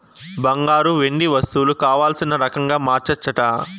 బంగారు, వెండి వస్తువులు కావల్సిన రకంగా మార్చచ్చట